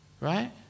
right